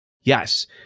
Yes